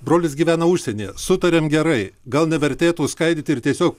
brolis gyvena užsienyje sutariam gerai gal nevertėtų skaidyt ir tiesiog